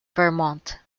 vermont